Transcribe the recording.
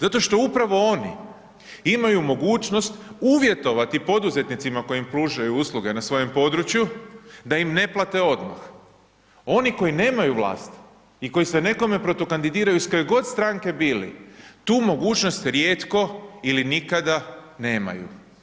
Zato što upravo oni imaju mogućnost uvjetovati poduzetnicima koji im pružaju usluge na svojem području, da im ne plate odmah, oni koji nemaju vlast i koji se nekome protukandidiraju iz koje god stranke bili, tu mogućnost rijetko ili nikada nemaju.